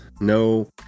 no